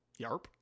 Yarp